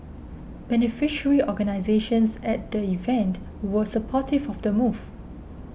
beneficiary organisations at the event were supportive of the move